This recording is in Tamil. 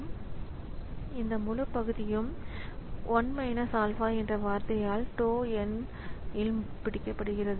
இந்த முழு பகுதியும் இந்த முழு பகுதியும் 1 ஆல்பா என்ற வார்த்தையால் tau n இல் பிடிக்கப்படுகிறது